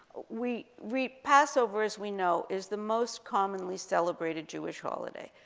we, we passover, as we know, is the most commonly celebrated jewish holiday,